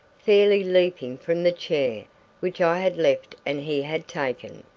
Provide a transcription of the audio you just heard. fairly leaping from the chair which i had left and he had taken.